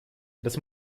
das